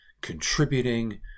contributing